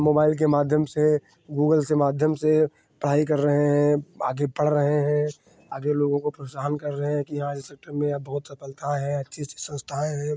mobile के माध्यम से गूगल के माध्यम से पढ़ाई कर रहे हैं आगे पढ़ रहे हैं आगे लोगों को प्रोत्साहन कर रहे हैं कि हाँ इस सेक्टर में अब बहुत सफलता है अच्छी अच्छी सँस्थाएँ हैं